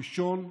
ראשון,